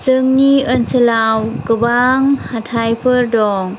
जोंनि ओनसोलाव गोबां हाथाइफोर दं